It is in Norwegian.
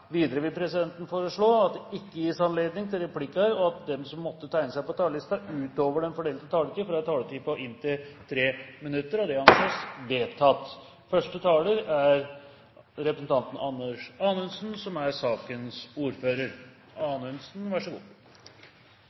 Videre vil presidenten foreslå at det ikke gis anledning til replikker, og at de som måtte tegne seg på talerlisten utover den fordelte taletid, får en taletid på inntil 3 minutter. – Det anses vedtatt. Første taler er Martin Kolberg, som